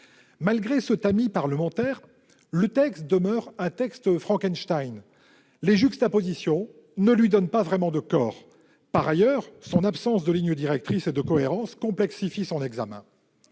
Malgré ce « tamis parlementaire », ce texte demeure comme la créature de Frankenstein : les juxtapositions ne lui donnent pas vraiment de corps. Par ailleurs, son absence de ligne directrice et de cohérence complexifie son examen.